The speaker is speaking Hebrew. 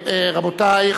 רבותי,